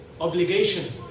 obligation